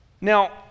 Now